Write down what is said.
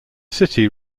city